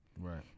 Right